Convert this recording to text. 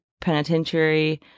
penitentiary